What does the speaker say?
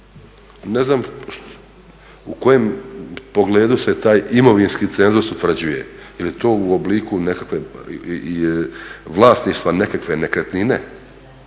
Ne znam u kojem pogledu se taj imovinski cenzus utvrđuje? Je li to u obliku nekakvog vlasništva nekakve nekretnine?